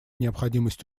необходимость